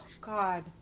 God